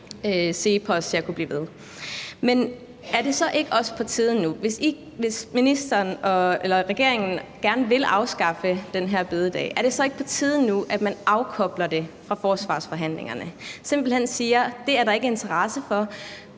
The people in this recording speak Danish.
Men er det så ikke også på tide nu, hvis regeringen gerne vil afskaffe den her store bededag, at man afkobler det fra forsvarsforhandlingerne og simpelt hen siger, at det er der ikke interesse for,